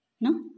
No